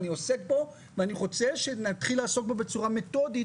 אני עוסק בו ואני רוצה שנתחיל לעסוק בו בצורה מתודית,